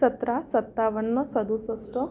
सतरा सत्तावन्न सदुसष्ट